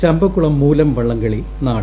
ചമ്പക്കുളം മൂലം വള്ളംകളി ഇന്ന്